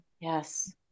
Yes